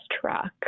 truck